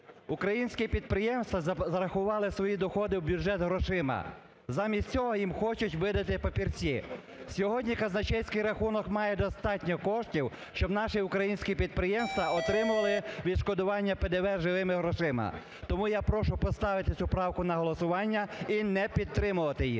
Українські підприємства зарахували свої доходи в бюджет грошима, замість цього їм хочуть видати папірці. Сьогодні казначейський рахунок має достатньо коштів, щоб наші українські підприємства отримували відшкодування ПДВ живими грошима. Тому я прошу поставити цю правку на голосування і не підтримувати її.